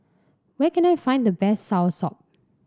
where can I find the best soursop